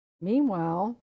Meanwhile